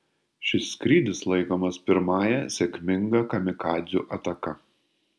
šis skrydis laikomas pirmąja sėkminga kamikadzių ataka